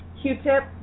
Q-tip